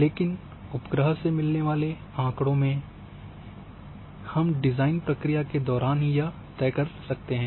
लेकिन उपग्रह से मिलने वाले आँकड़ों के मामले में हम डिजाइन प्रक्रिया के दौरान ही यह तय कर सकते हैं